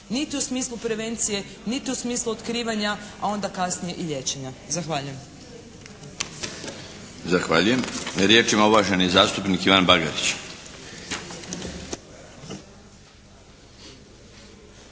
niti u smislu prevencije, niti u smislu otkrivanja a onda kasnije i liječenja. Zahvaljujem. **Milinović, Darko (HDZ)** Zahvaljujem. Riječ ima uvaženi zastupnik Ivan Bagarić.